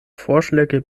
vorschläge